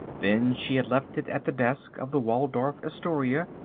then she had left it at the desk of the waldorf astoria,